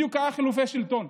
בדיוק היו חילופי שלטון.